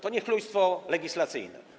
To niechlujstwo legislacyjne.